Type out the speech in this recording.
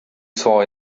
saw